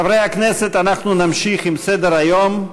חברי הכנסת, אנחנו נמשיך בסדר-היום.